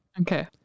Okay